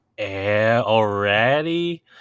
already